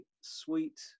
sweet